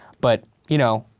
but, you know,